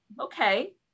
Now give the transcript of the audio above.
okay